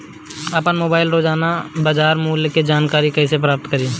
आपन मोबाइल रोजना के बाजार मुल्य के जानकारी कइसे प्राप्त करी?